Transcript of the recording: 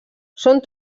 són